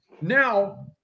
now